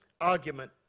argument